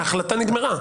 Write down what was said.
ההחלטה נגמרה.